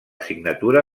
signatura